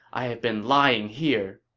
i've been lying here.